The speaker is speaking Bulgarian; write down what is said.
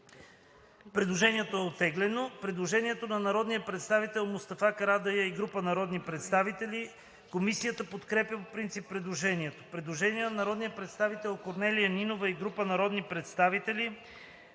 Предложението е оттеглено. Предложение на народния представител Мустафа Карадайъ и група народни представители. Комисията подкрепя по принцип предложението. Предложение на народния представител Корнелия Нинова и група народни представители.